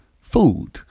Food